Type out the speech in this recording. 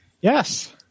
Yes